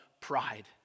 pride